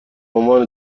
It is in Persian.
عنوان